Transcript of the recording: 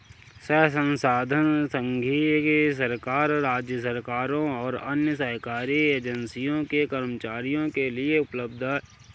यह संसाधन संघीय सरकार, राज्य सरकारों और अन्य सरकारी एजेंसियों के कर्मचारियों के लिए उपलब्ध है